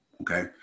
okay